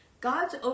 God's